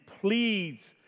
pleads